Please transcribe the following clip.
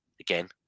again